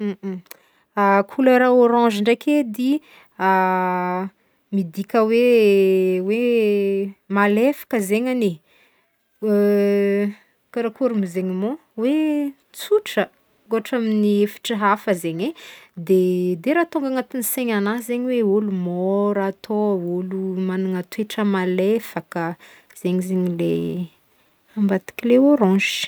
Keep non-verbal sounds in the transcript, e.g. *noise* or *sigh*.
Couleur orange ndraiky edy *hesitation* midika hoe *hesitation* hoe malefaka zegnagny e *hesitation* karakôry mo zegny mô hoe tsotra ohatra amin'ny hevitry hafa zegny e de *hesitation* de raha tonga agnatin'gny saigny agnahy zegny hoe olo môra atao o olo magnagna toetra malefaka zegny zegny le ambadiky le orange.